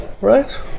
Right